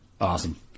Awesome